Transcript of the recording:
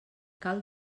cal